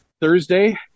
Thursday